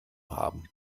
haben